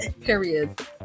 Period